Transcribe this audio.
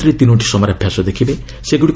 ପ୍ରତିରକ୍ଷା ମନ୍ତ୍ରୀ ତିନୋଟି ସମରାଭ୍ୟାସ ଦେଖିବେ